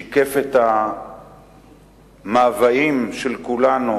שיקף את המאוויים של כולנו